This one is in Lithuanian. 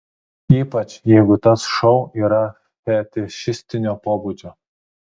ypač jeigu tas šou yra fetišistinio pobūdžio